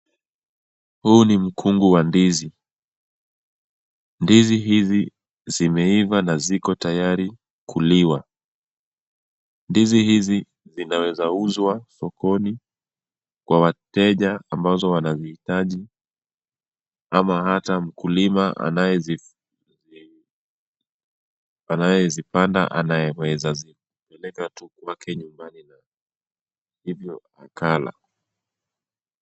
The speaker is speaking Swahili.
Huu ni mkungu wa ndizi. Ndizi hizi zimeiva na ziko tayari kuliwa. Ndizi hizi zinaweza uzwa sokoni kwa wateja ambazo wanazihitaji ama hata mkulima anayezipanda anaweza zipeleka tu kwake nyumbani na hivyo akala.